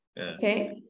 okay